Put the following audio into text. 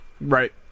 Right